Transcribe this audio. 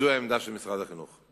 זו העמדה של משרד החינוך.